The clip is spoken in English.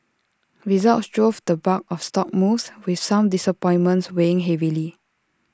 results drove the bulk of stock moves with some disappointments weighing heavily